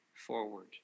forward